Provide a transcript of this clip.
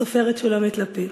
הסופרת שולמית לפיד.